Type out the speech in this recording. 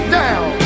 down